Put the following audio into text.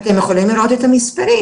אתם יכולים לראות את המספרים.